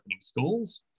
schools